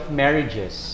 marriages